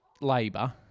labour